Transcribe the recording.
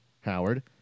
Howard